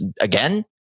Again